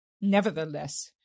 Nevertheless